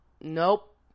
nope